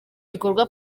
gikorwa